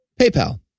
paypal